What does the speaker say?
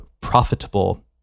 profitable